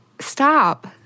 Stop